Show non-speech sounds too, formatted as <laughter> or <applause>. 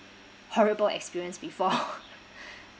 horrible experience before <noise>